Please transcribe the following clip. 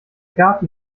garten